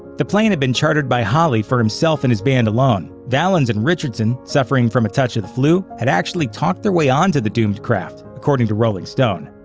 the plane had been chartered by holly for himself and his band alone valens and richardson, suffering from a touch of the flu, had actually talked their way onto the doomed craft, according to rolling stone.